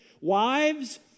Wives